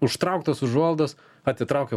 užtrauktos užuolaidos atitraukia